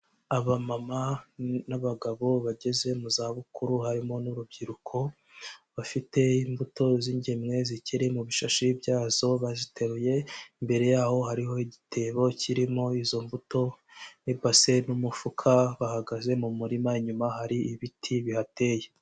Abamama n'abagabo bageze mu za bukuru harimo n'urubyiruko, bafite imbuto z'ingemwe zikiri mu bishashi byazo baziteruye, imbere yabo hariho igitebo kirimo izo mbuto n'ibase n'umufuka, bahagaze mu murima, inyuma hari ibiti bihateye.